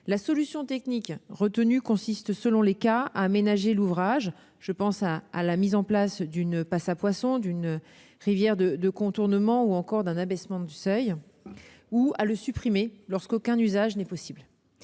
La solution technique retenue consiste, selon les cas, à aménager l'ouvrage- je pense à la mise en place d'une passe à poissons, d'une rivière de contournement ou encore d'un abaissement du seuil -ou à le supprimer lorsqu'aucun usage n'est possible.